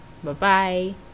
Bye-bye